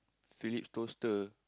Philips toaster